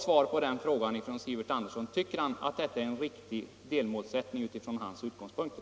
Eller är inte frågan om likställighet mellan arbete och kapital intressant från herr Anderssons socialistiska utgångspunkter?